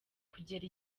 kugera